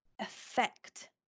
affect